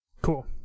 Cool